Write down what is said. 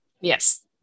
Yes